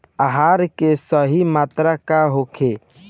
आहार के सही मात्रा का होखे?